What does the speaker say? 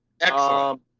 Excellent